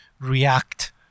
react